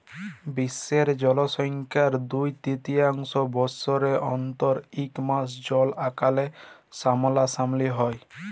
বিশ্বের জলসংখ্যার দু তিরতীয়াংশ বসরে অল্তত ইক মাস জল আকালের সামলাসামলি হ্যয়